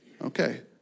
Okay